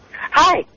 Hi